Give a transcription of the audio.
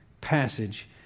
passage